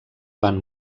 van